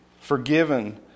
forgiven